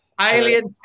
Alien